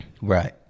Right